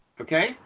okay